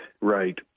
right